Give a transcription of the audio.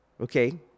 Okay